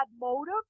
motive